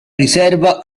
riserva